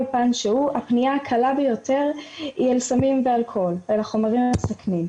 פן שהוא הפנייה הקלה ביותר היא אל סמים ואלכוהול ואל חומרים מסכנים.